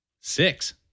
Six